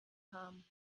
haben